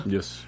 Yes